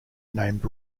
named